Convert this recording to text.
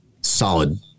solid